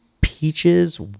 peaches